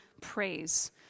praise